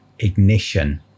ignition